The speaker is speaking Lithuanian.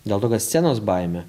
dėl to kad scenos baimė